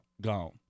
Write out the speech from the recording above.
gone